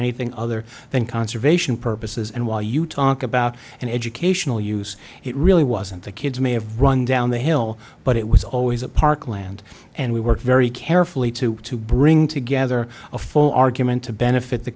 anything other than conservation purposes and while you talk about an educational use it really wasn't the kids may have run down the hill but it was always at parkland and we work very carefully to to bring together a full argument to benefit the